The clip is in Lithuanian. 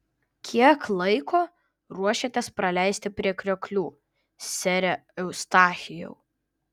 kiek laiko ruošiatės praleisti prie krioklių sere eustachijau